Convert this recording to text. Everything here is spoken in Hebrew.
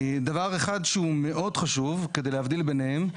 דבר אחד שהוא מאוד חשוב, כדי להבדיל ביניהן.